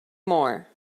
more